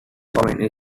also